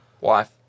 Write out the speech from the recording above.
wife